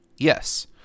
Yes